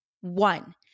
One